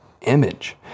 image